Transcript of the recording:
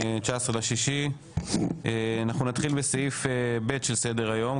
19.6. אנחנו נתחיל בסעיף ב' של סדר היום,